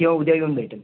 किंवा उद्या येऊन भेटेन